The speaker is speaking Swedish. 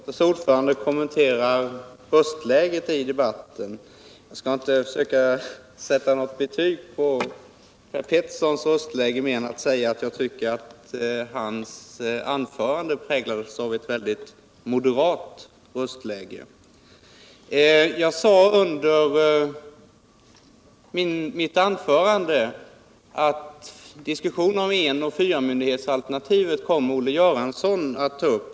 Herr talman! Utskottets ordförande kommenterade röstläget i debatten. Jag skall inte försöka sätta något annat betyg på herr Peterssons röstläge än att jag tycker att hans anförande präglades av ett synnerligen moderat röstläge. Under mitt anförande sade jag att Olle Göransson kommer att ta upp diskussionen om enoch fyramyndighetsalternativet.